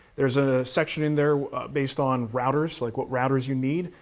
there's a section in there based on routers, like what routers you need,